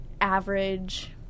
average